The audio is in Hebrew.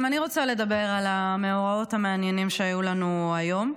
גם אני רוצה לדבר על המאורעות המעניינים שהיו לנו היום.